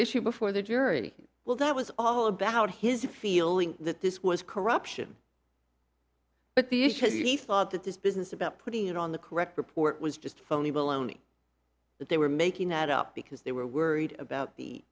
issue before the jury well that was all about his feeling that this was corruption but the thought that this business about putting it on the correct report was just phony baloney that they were making that up because they were worried about the